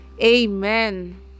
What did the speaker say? Amen